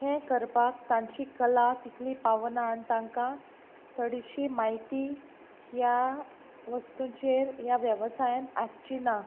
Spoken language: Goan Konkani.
हें करपाक तांची कला तितली पावना आनी तांकां थोडीशी म्हायती ह्या वस्तूचेर ह्या वेवसायान आसची ना